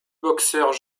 boxeurs